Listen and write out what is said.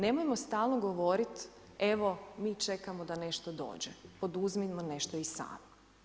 Nemojmo stalno govoriti, evo mi čekamo da nešto dođe, poduzmimo nešto i sami.